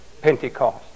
Pentecost